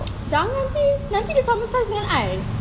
jangan please nanti dia sama saiz dengan I